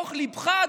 בתוך ליבך,